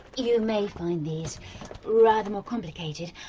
you may find these rather more complicated.